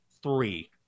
three